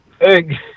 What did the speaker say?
Hey